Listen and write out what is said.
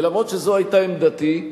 ואף שזאת היתה עמדתי,